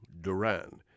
Duran